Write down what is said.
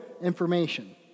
information